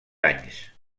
anys